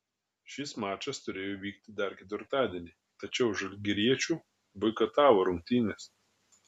šis mačas turėjo vykti dar ketvirtadienį tačiau žalgiriečių boikotavo rungtynes